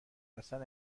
اصلن